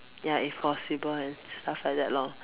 ya if possible and stuff like that loh